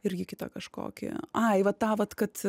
irgi kitą kažkokį ai va tą vat kad